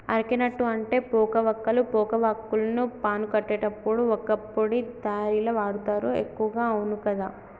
areca nut అంటే పోక వక్కలు, పోక వాక్కులను పాను కట్టేటప్పుడు వక్కపొడి తయారీల వాడుతారు ఎక్కువగా అవును కదా